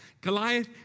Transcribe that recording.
Goliath